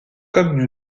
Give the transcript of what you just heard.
comme